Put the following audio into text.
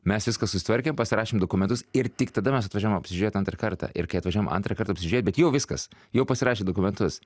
mes viską susitvarkėm pasirašėm dokumentus ir tik tada mes atvažiavom apsižiūrėt antrą kartą ir kai atvažiavom antrą kartą apsižiūrėt bet jau viskas jau pasirašė dokumentus